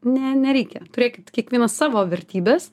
ne nereikia turėkit kiekvienas savo vertybes